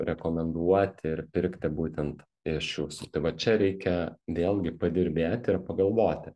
rekomenduoti ir pirkti būtent iš jūsų tai vat čia reikia vėlgi padirbėti ir pagalvoti